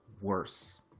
worse